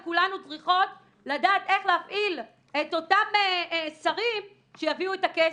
וכולנו צריכות לדעת איך להפעיל את אותם שרים שיביאו את הכסף.